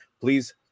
please